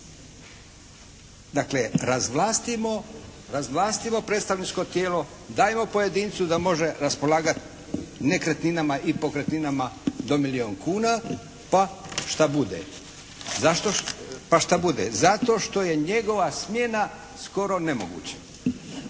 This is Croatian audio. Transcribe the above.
razvlastimo predstavničko tijelo. Dajmo pojedincu da može raspolagati nekretninama i pokretninama do milijun kuna pa što bude. Zato što je njegova smjena skoro nemoguća.